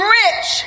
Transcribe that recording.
rich